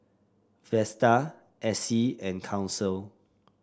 Vesta Essie and Council